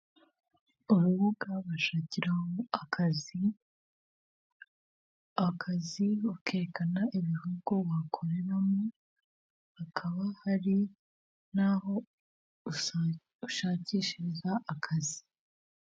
Urubuga bashakiramo akazi, akazi ukerekana ibihugu wakoreramo, hakaba hari n'aho ushakishiriza akazi.